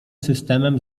systemem